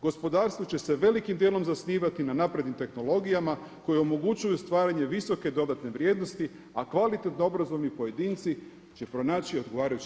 Gospodarstvo će se velikim dijelom zasnivati na naprednim tehnologijama koje omogućuju stvaranje visoke dodane vrijednosti a kvalitetno obrazovni pojedinci će pronaći odgovarajući